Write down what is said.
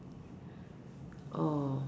oh